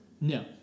No